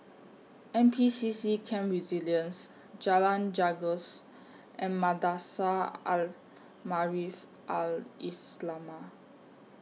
N P C C Camp Resilience Jalan Janggus and Madrasah Al Maarif Al Islamiah